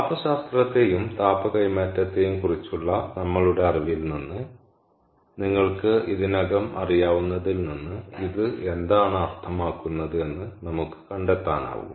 താപ ശാസ്ത്രത്തെയും താപ കൈമാറ്റത്തെയും കുറിച്ചുള്ള നമ്മളുടെ അറിവിൽ നിന്ന് നിങ്ങൾക്ക് ഇതിനകം അറിയാവുന്നതിൽ നിന്ന് ഇത് എന്താണ് അർത്ഥമാക്കുന്നത് എന്ന് നമുക്ക് കണ്ടെത്താനാകും